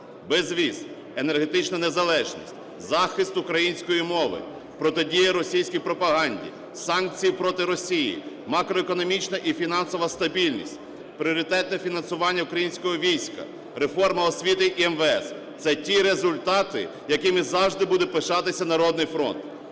безвіз, енергетична незалежність, захист української мови, протидія російській пропаганді, санкції проти Росії, макроекономічна і фінансова стабільність, пріоритетне фінансування українського війська, реформа освіти і МВС. Це ті результати, якими завжди буде пишатися "Народний фронт".